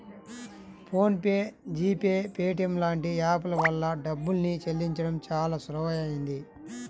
phone pay, G pay, Paytm లాంటి app ల వల్ల డబ్బుల్ని చెల్లించడం చానా సులువయ్యింది